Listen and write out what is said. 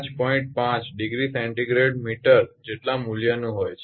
5 °C mt °સે મીટર જેટલા મૂલ્યનું હોય છે